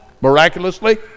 miraculously